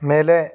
ಮೇಲೆ